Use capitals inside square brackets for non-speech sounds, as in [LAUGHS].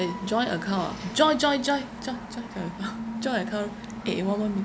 joint account ah joint joint joint joint joint joint account [LAUGHS] joint account eh eh one one minute